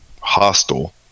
hostile